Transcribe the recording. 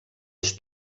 els